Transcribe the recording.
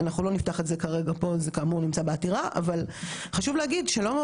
אבל חשוב להגיד שאני חושבת בתור מי שעובדת עם זה,